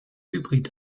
hybrid